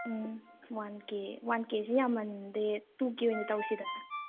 ꯎꯝ one K one ꯀꯦꯁꯤ ꯌꯥꯝꯃꯟꯗꯦ two K ꯑꯣꯏꯅ ꯇꯧꯁꯤꯗꯅ